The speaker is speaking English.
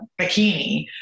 bikini